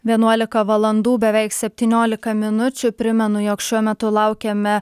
vienuolika valandų beveik septyniolika minučių primenu jog šiuo metu laukiame